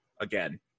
again